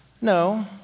no